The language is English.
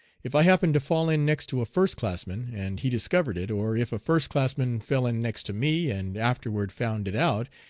if i happened to fall in next to a first-classman, and he discovered it, or if a first-classman fell in next to me, and afterward found it out,